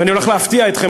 ואני הולך להפתיע אתכם,